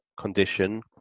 condition